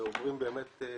הם עובדים חד-יומיים.